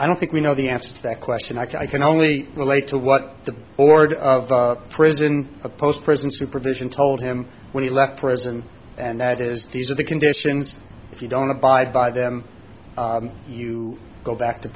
i don't think we know the answer to that question i can only relate to what the order of prison post prison supervision told him when he left present and that is these are the conditions if you don't abide by them you go back to